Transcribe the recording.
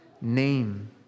name